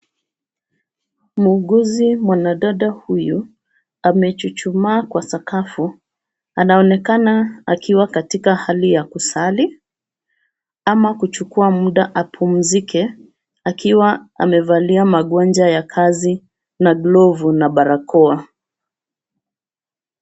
Muuguzi mwanadada huyu amechuchuma kwa sakafu. Anaonekana akiwa katika hali ya kusali ama kuchukua muda apumzike akiwa amevalia magwanda ya kazi na glavu na barakoa.